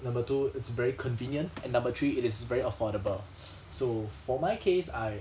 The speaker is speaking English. number two it's very convenient and number three it is very affordable so for my case I